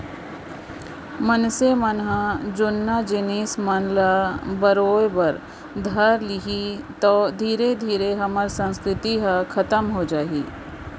मनसे मन ह जुन्ना जिनिस मन ल बरोय बर धर लिही तौ धीरे धीरे हमर संस्कृति ह खतम हो जाही